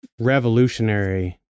revolutionary